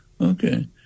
Okay